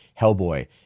Hellboy